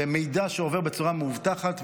ומידע שעובר בצורה מאובטחת.